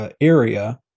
area